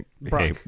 Brock